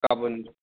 गाबोन